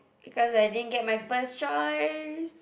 because I didn't get my first choice